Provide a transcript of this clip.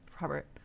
Robert